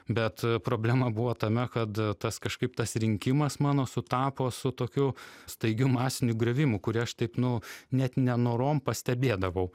bet problema buvo tame kad tas kažkaip tas rinkimas mano sutapo su tokiu staigiu masiniu griuvimu kurį aš taip nu net nenorom pastebėdavau